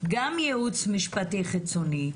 גם ייעוץ משפטי חיצוני,